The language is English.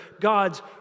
God's